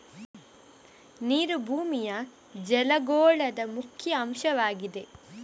ನೀರು ಭೂಮಿಯ ಜಲಗೋಳದ ಮುಖ್ಯ ಅಂಶವಾಗಿದೆ